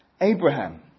Abraham